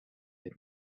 had